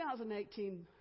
2018